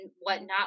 whatnot